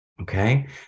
okay